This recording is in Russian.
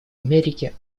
америке